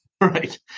Right